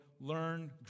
learn